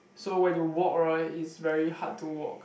so when you walk right is very hard to walk